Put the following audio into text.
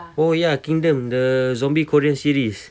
oh ya kingdom the zombie korean series